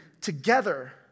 together